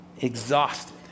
exhausted